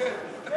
כן.